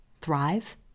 thrive